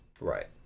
Right